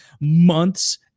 months